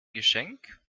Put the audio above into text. geschenk